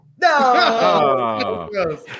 No